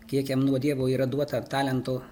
kiek jam nuo dievo yra duota talentų